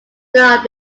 not